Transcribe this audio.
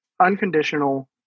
Unconditional